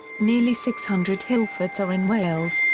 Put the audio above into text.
nearly six hundred hillforts are in wales,